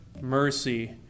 mercy